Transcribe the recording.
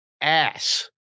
ass